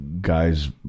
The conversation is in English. guys